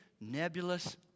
nebulous